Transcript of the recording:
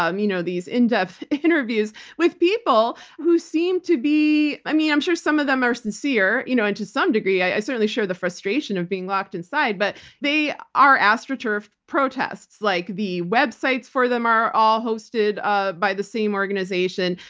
um you know these in-depth interviews with people who seem to be. i mean, i'm sure some of them are sincere you know and to some degree i certainly share the frustration of being locked inside, but they are astroturf protests. like the websites for them are all hosted by the same organization.